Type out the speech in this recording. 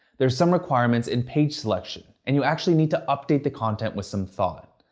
there are some requirements in page selection and you actually need to update the content with some thought.